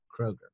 Kroger